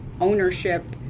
ownership